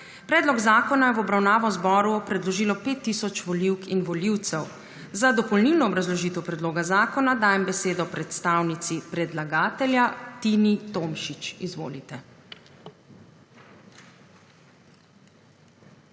Predlog zakona je v obravnavo Državnemu zboru predložilo 5 tisoč volivk in volivcev. Za dopolnilno obrazložitev predloga zakona dajem besedo predstavnici predlagatelja Tini Tomšič. Izvolite.